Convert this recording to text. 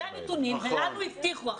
שתבין, אלו הנתונים ולנו הבטיחו.